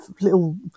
little